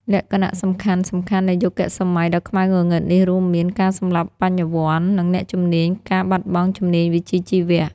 លក្ខណៈសំខាន់ៗនៃយុគសម័យដ៏ខ្មៅងងឹតនេះរួមមាន ការសម្លាប់បញ្ញវន្ត និងអ្នកជំនាញ ការបាត់បង់ជំនាញវិជ្ជាជីវៈ។